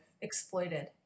exploited